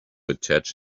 attach